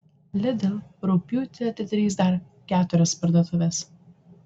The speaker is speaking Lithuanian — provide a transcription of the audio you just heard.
lidl rugpjūtį atidarys dar keturias parduotuves